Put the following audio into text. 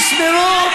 תשמרו,